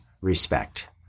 respect